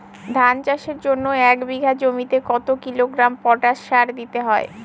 ধান চাষের জন্য এক বিঘা জমিতে কতো কিলোগ্রাম পটাশ সার দিতে হয়?